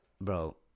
bro